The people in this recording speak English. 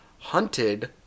Hunted